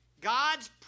God's